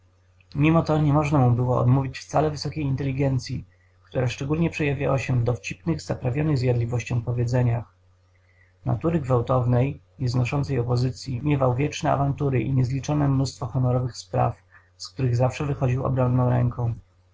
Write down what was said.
mimo to nie można mu było odmówić wcale wysokiej inteligencyi która szczególnie przejawiała się w dowcipnych zaprawionych zjadliwością powiedzeniach natury gwałtownej nie znoszącej opozycyi miewał wieczne awantury i niezliczone mnóstwo honorowych spraw z których zawsze wychodził obronną ręką